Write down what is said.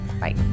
bye